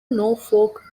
norfolk